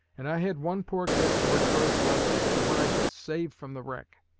and i had one poor gift or choice left as to what i should save from the wreck,